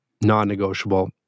non-negotiable